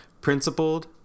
Principled